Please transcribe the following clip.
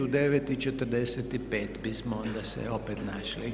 U 9,45 bismo onda se opet našli.